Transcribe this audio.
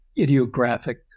ideographic